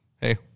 hey